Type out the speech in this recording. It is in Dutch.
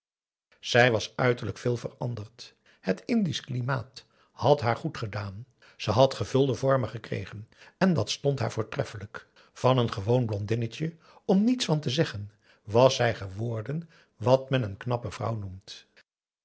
zij was uiterlijk veel veranderd het indisch klimaat had haar goed gedaan ze had gevuld aum boe akar eel vormen gekregen en dat stond haar voortreffelijk van een gewoon blondinetje om niets van te zeggen was zij geworden wat men een knappe vrouw noemt